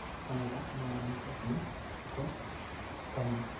ᱚᱱᱮ ᱚᱱᱠᱟ ᱮᱢᱟᱱ ᱮᱢᱟᱱ ᱠᱚ ᱡᱤᱱᱤᱥ ᱠᱚ ᱠᱟᱹᱢᱤᱭᱟ